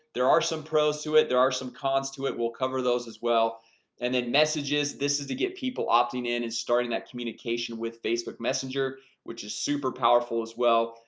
there are some pros to it. there are some cons to it we'll cover those as well and then messages this is to get people opting in and starting that communication with facebook messenger which is super powerful as well.